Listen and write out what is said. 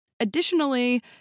Additionally